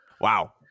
Wow